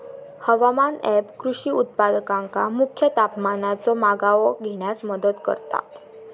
हवामान ऍप कृषी उत्पादकांका मुख्य तापमानाचो मागोवो घेण्यास मदत करता